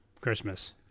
Christmas